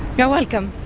you're welcome.